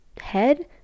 head